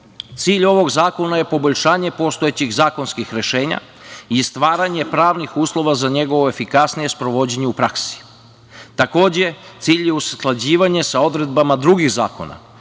cilj ovog zakona je poboljšanje postojećih zakonskih rešenja i stvaranje pravnih uslova za njegovo efikasnije sprovođenje u praksi. Takođe, cilj je usklađivanje sa odredbama drugih zakona,